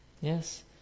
Yes